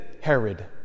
Herod